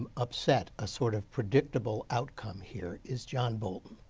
upset a sort of predictable outcome here is john bolton.